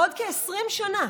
בעוד כ-20 שנה,